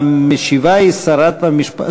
המשיבה היא שרת המשפטים?